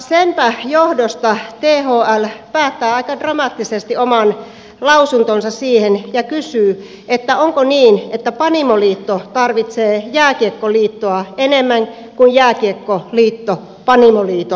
senpä johdosta thl päättää aika dramaattisesti oman lausuntonsa siihen ja kysyy että onko niin että panimoliitto tarvitsee jääkiekkoliittoa enemmän kuin jääkiekkoliitto panimoliiton rahoja